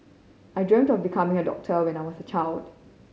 I dreamt of becoming a doctor when I was child